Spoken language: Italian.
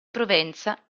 provenza